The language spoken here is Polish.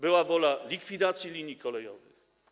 Była wola likwidacji linii kolejowych.